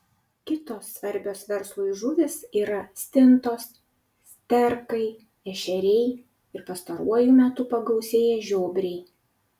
kitos svarbios verslui žuvys yra stintos sterkai ešeriai ir pastaruoju metu pagausėję žiobriai